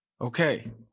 Okay